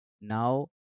now